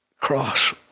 cross